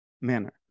manner